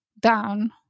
down